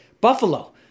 Buffalo